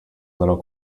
little